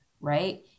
right